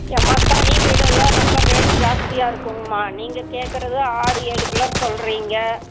எம்மா தனி வீடெல்லாம் ரொம்ப ரேட்டு ஜாஸ்தியாக இருக்குங்கம்மா நீங்கள் கேட்குறது ஆறு ஏழு குள்ளாற சொல்லுறீங்க